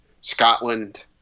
Scotland